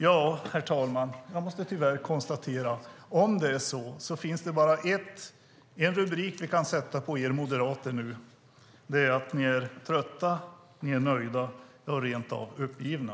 Jag måste, herr talman, tyvärr konstatera att om det är på det viset finns det bara ett sätt att nu beskriva Moderaterna, och det är att de är trötta, nöjda och rent av uppgivna.